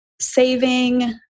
saving